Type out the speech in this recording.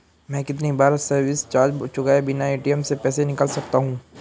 मैं कितनी बार सर्विस चार्ज चुकाए बिना ए.टी.एम से पैसे निकाल सकता हूं?